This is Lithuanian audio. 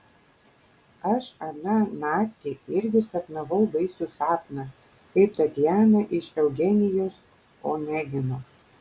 aš aną naktį irgi sapnavau baisų sapną kaip tatjana iš eugenijaus onegino